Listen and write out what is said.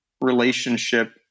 relationship